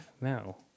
No